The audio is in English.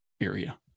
area